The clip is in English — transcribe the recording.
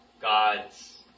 God's